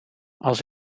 als